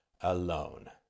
alone